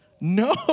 No